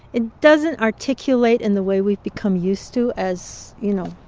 it doesn't articulate in the way we've become used to as you know